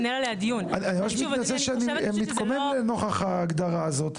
לנהל עליה דיון --- אני מתקומם לנוכח ההגדרה הזאת,